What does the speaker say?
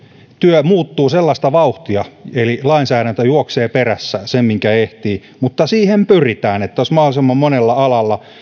työ muuttuu sellaista vauhtia että lainsäädäntö juoksee perässä sen minkä ehtii mutta siihen pyritään että mahdollisimman monella alalla